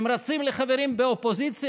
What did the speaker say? הם רצים לחברים באופוזיציה,